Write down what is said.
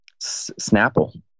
Snapple